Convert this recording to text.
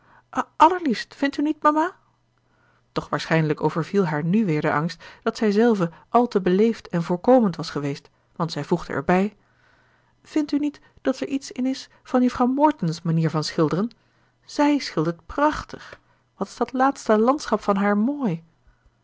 allerliefst vindt u niet mama doch waarschijnlijk overviel haar nu weer de angst dat zij zelve al te beleefd en voorkomend was geweest want zij voegde erbij vindt u niet dat er iets in is van juffrouw morton's manier van schilderen zij schildert prachtig wat is dat laatste landschap van haar mooi